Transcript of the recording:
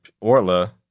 Orla